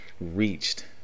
reached